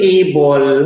able